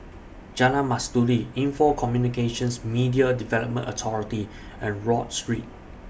Jalan Mastuli Info Communications Media Development Authority and Rodyk Street